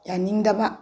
ꯌꯥꯅꯤꯡꯗꯕ